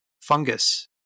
fungus